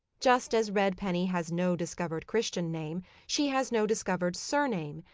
just as redpenny has no discovered christian name, she has no discovered surname,